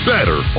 Better